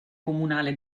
comunale